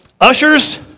ushers